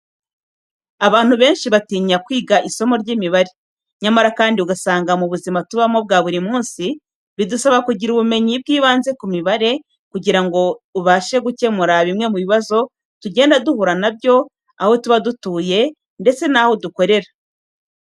Abantu benshi batinya kwiga isomo ry'imibare, nyamara kandi ugasanga mu buzima tubamo bwa buri munsi bidusaba kugira ubumenyi bw'ibanze ku mibare kugira ngo ubashe gukemura bimwe mu bibazo tugenda duhura na byo aho tuba dutuye ndetse n'aho dukorera.